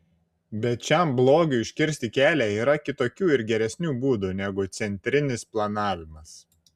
bet šiam blogiui užkirsti kelią yra kitokių ir geresnių būdų negu centrinis planavimas